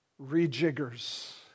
rejiggers